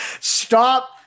Stop